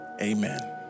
amen